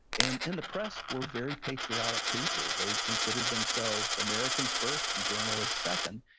and and the press were very patriotic people. they considered themselves americans first and journalists second.